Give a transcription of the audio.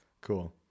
Cool